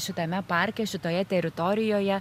šitame parke šitoje teritorijoje